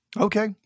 Okay